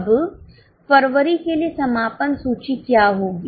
अब फरवरी के लिए समापन सूची क्या होगी